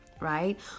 right